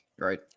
Right